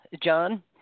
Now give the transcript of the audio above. John